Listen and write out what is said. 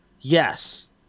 yes